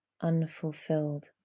unfulfilled